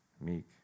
meek